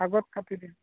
আগত কাটি দিম